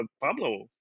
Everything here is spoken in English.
Pablo